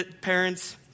parents